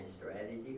strategy